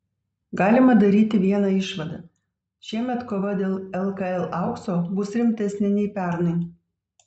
galima daryti vieną išvadą šiemet kova dėl lkl aukso bus rimtesnė nei pernai